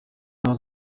n’aho